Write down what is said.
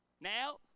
Now